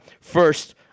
First